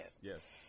Yes